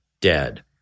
dead